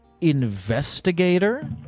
investigator